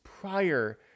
prior